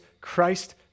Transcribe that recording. Christ